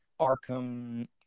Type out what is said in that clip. Arkham